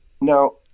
Now